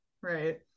Right